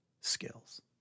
skills